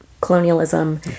colonialism